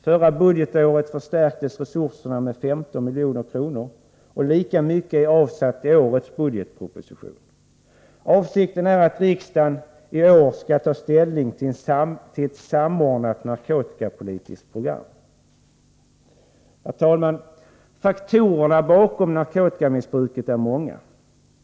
Förra budgetåret förstärktes resurserna med 15 milj.kr., och lika mycket är avsatt i årets budgetproposition. Avsikten är att riksdagen i år skall ta ställning till ett samordnat narkotikapolitiskt program. Herr talman! Faktorerna bakom narkotikamissbruket är många.